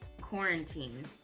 Quarantine